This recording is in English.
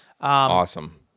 Awesome